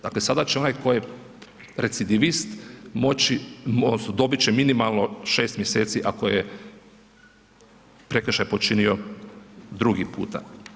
Dakle, sada će onaj koji je recidivist moći odnosno dobit će minimalno 6 mjeseci ako je prekršaj počinio drugi puta.